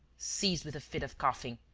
seized with a fit of coughing,